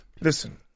listen